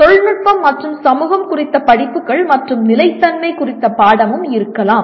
தொழில்நுட்பம் மற்றும் சமூகம் குறித்த படிப்புகள் மற்றும் நிலைத்தன்மை குறித்த பாடமும் இருக்கலாம்